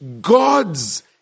God's